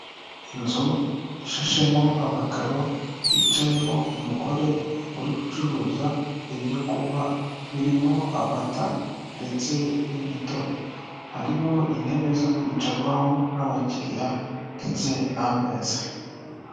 Inzu ishashemo amakaro, hicayemo umugore uri gucuruza ibyo kunywa birimo: amata, ndetse n'imitobe, harimo intebe zo kwicarwaho n'abakiriya ndetse n'ameza.